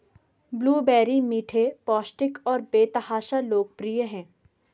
blueberry मीठे, पौष्टिक और बेतहाशा लोकप्रिय हैं